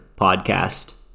podcast